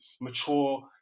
mature